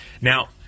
Now